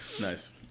Nice